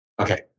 Okay